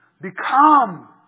become